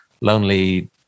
lonely